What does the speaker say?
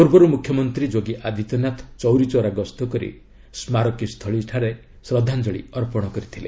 ପୂର୍ବରୁ ମୁଖ୍ୟମନ୍ତ୍ରୀ ଯୋଗୀ ଆଦିତ୍ୟନାଥ ଚୌରୀ ଚୌରା ଗସ୍ତ କରି ସ୍କାରକୀସ୍ଥଳୀଠାରେ ଶ୍ରଦ୍ଧାଞ୍ଜଳି ଅର୍ପଣ କରିଥିଲେ